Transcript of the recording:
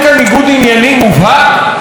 האם אין כאן דבר שהוא דבר פסול?